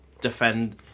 Defend